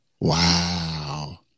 Wow